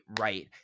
right